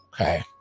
okay